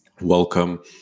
welcome